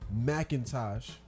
Macintosh